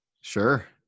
Sure